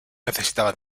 necesitaba